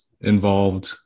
involved